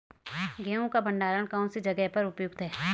गेहूँ का भंडारण कौन सी जगह पर उपयुक्त है?